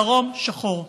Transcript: דרום שחור.